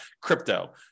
crypto